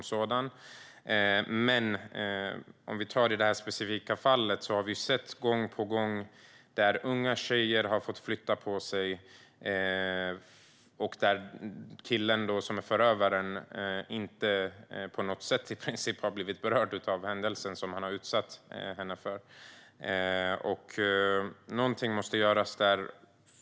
Men i det här fallet har unga tjejer gång på gång fått flytta på sig medan killen, förövaren, i princip inte har berörts av det han har utsatt henne för. Något måste göras åt det.